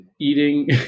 eating